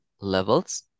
levels